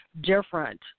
different